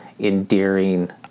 endearing